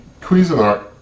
Cuisinart